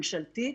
ממשלתית,